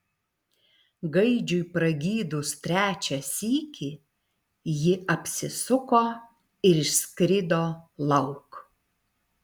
gaidžiui pragydus trečią sykį ji apsisuko ir išskrido lauk